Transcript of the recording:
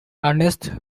ernest